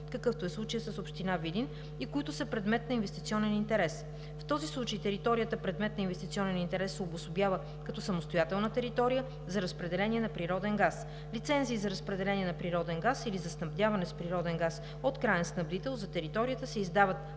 какъвто е случаят с община Видин, и които са предмет на инвестиционен интерес. В този случай територията, предмет на инвестиционен интерес, се обособява като самостоятелна територия за разпределение на природен газ. Лицензии за „разпределение на природен газ“ или за „снабдяване с природен газ от краен снабдител“ за територията се издават